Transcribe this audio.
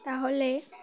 তাহলে